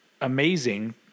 amazing